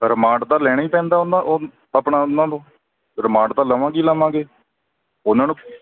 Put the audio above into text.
remand ਤਾਂ ਲੈਣਾ ਹੀ ਪੈਂਦਾ ਉਹਨਾਂ ਉਹ ਆਪਣਾ ਉਹਨਾਂ ਤੋਂ ਰਿਮਾਂਡ ਤਾਂ ਲਵਾਂਗੇ ਹੀ ਲਵਾਂਗੇ ਉਹਨਾਂ ਨੂੰ